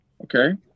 Okay